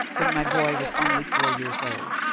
when my boy was only four years old.